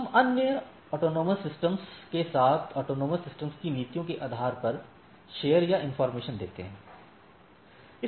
हम अन्य स्वायत्त प्रणालियों के साथ स्वायत्त प्रणालियों की नीति के आधार पर शेयर या इनफार्मेशन देते हैं